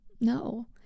no